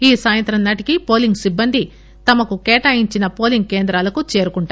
ఈ సాయంత్రం నాటికి పోలింగ్ సిబ్బంది తమకు కేటాయించిన పోలింగ్ కేంద్రాలకు చేరుకుంటారు